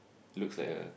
looks like a